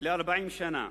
ל-40 שנה.